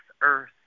earth